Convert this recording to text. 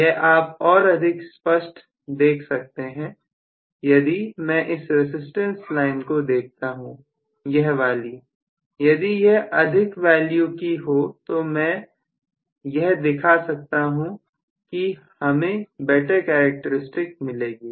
यह आप और अधिक स्पष्ट देख सकते हैं यदि मैं इस रसिस्टेंस लाइन को देखता हूं यह वाली यदि यह अधिक वैल्यू की हो तो मैं यह दिखा सकता हूं कि हमें बेटर कैरेक्टरस्टिक् मिलेगी